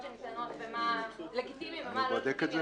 שניתנות למה לגיטימי ומה לא לגיטימי,